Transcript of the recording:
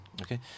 okay